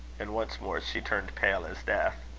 and once more she turned pale as death.